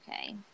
Okay